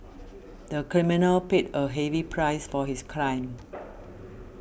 the criminal paid a heavy price for his crime